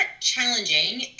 challenging